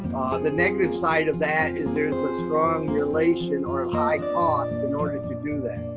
the negative side of that is there's a strong relation or high cost in order to do that,